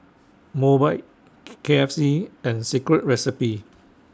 Mobike K F C and Secret Recipe